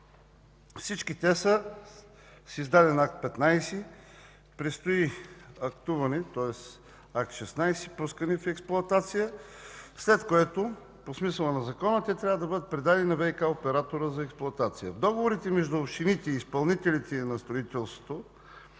Всички те са с издаден Акт 15, предстои актуване, тоест пускане в експлоатация, след което по смисъла на закона те трябва да бъдат предадени на ВиК оператора за експлоатация. В договорите между общините и изпълнителите на строителството